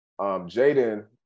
Jaden